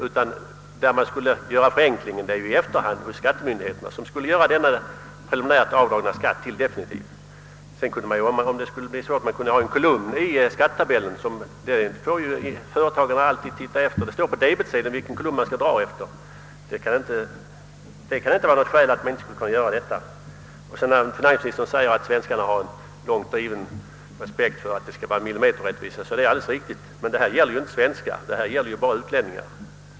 Förenklingen skulle ske i efterhand hos skattemyndigheterna, som helt enkelt skulle göra den preliminärt dragna skatten till definitiv källskatt. Man kunde införa en särskild kolumn i skattetabellen för arbetstagare med definitivt källskatteavdrag. I skattetabellen måste ju företagarna ändå alltid slå, och det kunde för dessa anställda liksom för andra anges på debetsedeln efter vilken kolumn skatten skall dras. Detta kan alltså inte vara något skäl för att man inte genomför förslaget. Finansministern sade att svenskarna har en långt driven respekt för millimeterrättvisa, och det är alldeles riktigt. Men det här gäller ju inte svenskar; det gäller bara utlänningar.